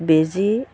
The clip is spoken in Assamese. বেজী